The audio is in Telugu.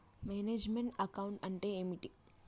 మేనేజ్ మెంట్ అకౌంట్ అంటే ఏమిటి?